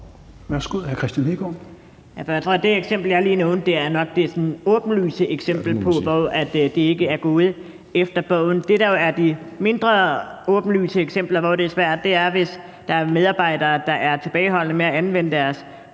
det eksempel, som jeg lige nævnte, nok sådan er det åbenlyse eksempel på, hvor det ikke er gået efter bogen. De mindre åbenlyse eksempler, hvor det er svært, er jo, hvis der er medarbejdere, der er tilbageholdende med at anvende deres